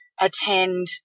attend